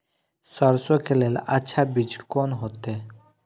सरसों के लेल अच्छा बीज कोन होते?